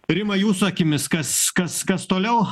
rima jūsų akimis kas kas kas toliau